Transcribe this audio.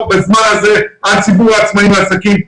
בזמן הזה על ציבור העצמאים והעסקים.